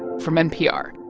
from npr.